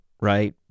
right